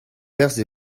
perzh